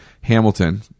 Hamilton